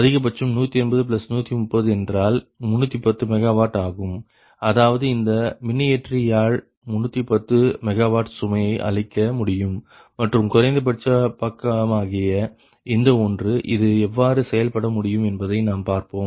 அதிகபட்சம் 180 130 என்றால் 310 MWஆகும் அதாவது இந்த மின்னியற்றியாழ் 310 MW சுமையை அளிக்க முடியும் மற்றும் குறைந்தபட்ச பக்கமாகிய இந்த ஒன்று இது எவ்வாறு செயல்பட முடியும் என்பதை நாம் பார்ப்போம்